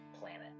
planet